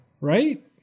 right